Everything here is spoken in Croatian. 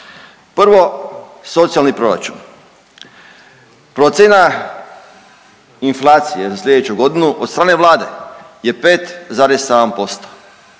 Prvo, socijalni proračun, procjena inflacije za sljedeću godinu od strane Vlade je 5,7%,